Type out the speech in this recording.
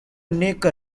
neckar